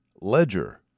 Ledger